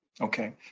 Okay